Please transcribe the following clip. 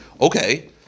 Okay